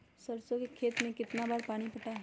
सरसों के खेत मे कितना बार पानी पटाये?